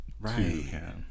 Right